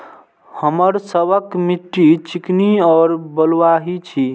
हमर सबक मिट्टी चिकनी और बलुयाही छी?